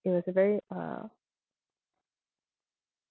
it was a very uh